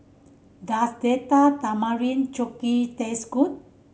does Date Tamarind Chutney taste good